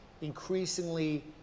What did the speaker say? increasingly